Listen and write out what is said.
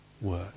work